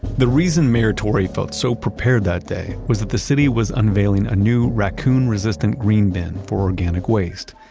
the reason mayor tory felt so prepared that day was that the city was unveiling a new raccoon-resistant green bin for organic waste.